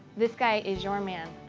this guy is your man.